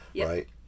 right